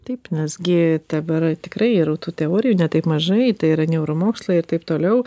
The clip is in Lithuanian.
taip nes gi dabar tikrai yra tų teorijų ne taip mažai tai yra neuro mokslai ir taip toliau